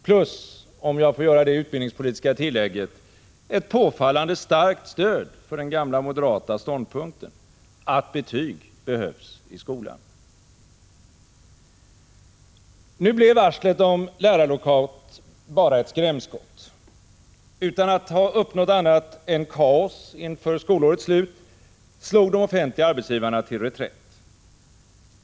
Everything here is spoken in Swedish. Plus — om jag får göra det utbildningspolitiska tillägget — ett påfallande starkt stöd för den gamla moderata ståndpunkten att betyg behövs i skolan. Nu blev varslet om lärarlockout bara ett skrämskott. Utan att ha uppnått annat än kaos inför skolårets slut slog de offentliga arbetsgivarna till reträtt.